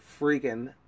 freaking